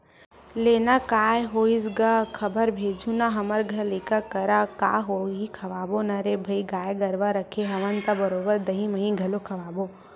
लेना काय होइस गा खबर भेजहूँ ना हमर घर लइका करा का होही खवाबो ना रे भई गाय गरुवा रखे हवन त बरोबर दहीं मही घलोक खवाबो